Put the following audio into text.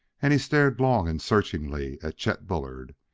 and he stared long and searchingly at chet bullard.